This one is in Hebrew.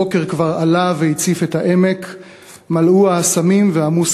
// הבוקר כבר עלה והציף את העמק / מלאו האסמים ועמוס